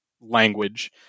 language